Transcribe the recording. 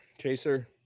chaser